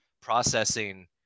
processing